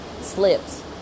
slips